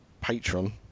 patron